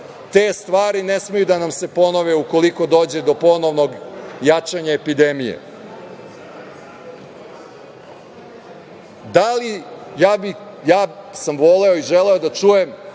Te stvari ne smeju da nam se ponove ukoliko dođe do ponovnog jačanja epidemije. Ja sam voleo i želeo da čujem